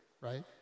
right